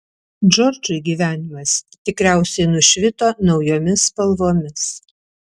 džordžui gyvenimas tikriausiai nušvito naujomis spalvomis